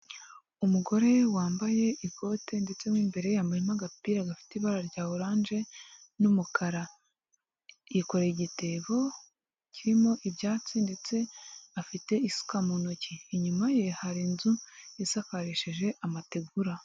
Umugore wambaye ikote ndetse mo imbere yambayemo agapira gafite ibara rya oranje n'umukara, yikoreye igitebo kirimo ibyatsi ndetse afite isuka mu ntoki, inyuma ye hari inzu isakarishije amategura.